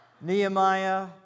Nehemiah